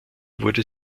wurde